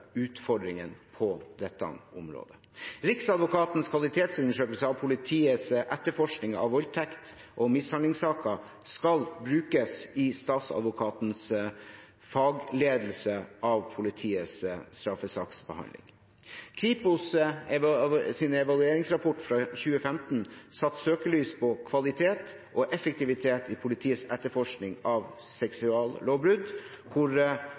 utfordringen på dette området. Riksadvokatens kvalitetsundersøkelse av politiets etterforskning av voldtekts- og mishandlingssaker skal brukes i statsadvokatenes fagledelse av politiets straffesaksbehandling. Kripos’ evalueringsrapport fra 2015 satte søkelyset på kvalitet og effektivitet i politiets etterforskning av seksuallovbrudd, hvor